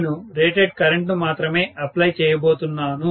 నేను రేటెడ్ కరెంట్ను మాత్రమే అప్లై చేయబోతున్నాను